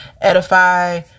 edify